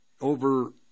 over